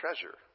treasure